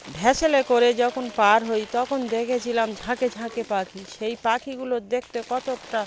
ভ্যাসেলে করে যখন পার হই তখন দেখেছিলাম ঝাঁকে ঝাঁকে পাখি সেই পাখিগুলো দেখতে কতকটা